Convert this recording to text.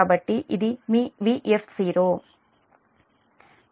కాబట్టి ఇది మీ Vf0